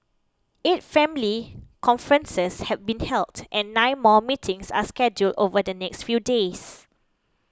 eight family conferences have been held and nine more meetings are scheduled over the next few days